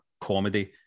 comedy